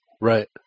Right